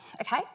Okay